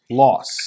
loss